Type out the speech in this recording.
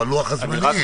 על לוח הזמנים.